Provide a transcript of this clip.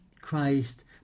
Christ